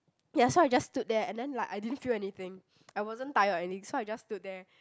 ya so I just stood there and then like I didn't feel anything I wasn't tired or any so I just stood there